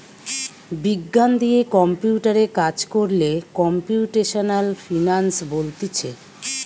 বিজ্ঞান দিয়ে কম্পিউটারে কাজ কোরলে কম্পিউটেশনাল ফিনান্স বলতিছে